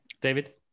David